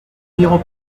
n’irons